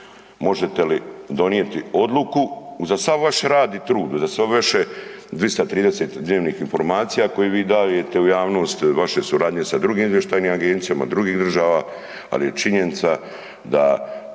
možete li donijeti odluku uza sav vaš rad i trud, uza sve vaše 230 dnevnih informacija koje vi dajete u javnost, vaše suradnje s drugim izvještajnim agencijama, drugih država, ali je činjenica da